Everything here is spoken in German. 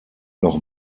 noch